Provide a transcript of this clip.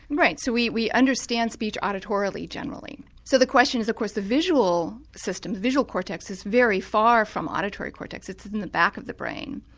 right, so we we understand speech auditorally generally. so the question is of course the visual system, the visual cortex, is very far from auditory cortex, it's in the back of the brain,